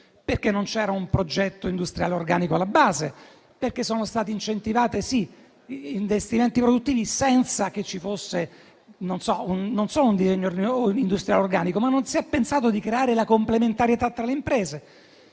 perché non c'era un progetto industriale organico alla base e perché sono stati incentivati investimenti produttivi non solo senza un disegno industriale organico, ma anche senza creare la complementarietà tra le imprese.